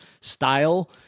style